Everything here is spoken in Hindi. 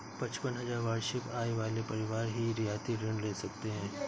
पचपन हजार वार्षिक आय वाले परिवार ही रियायती ऋण ले सकते हैं